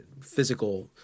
physical